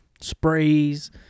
sprays